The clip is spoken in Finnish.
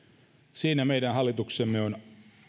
siinä meidän hallituksemme on